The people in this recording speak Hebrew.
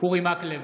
אורי מקלב,